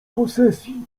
posesji